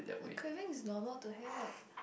I craving is normal to have